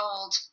old